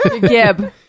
Gib